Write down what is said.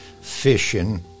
fishing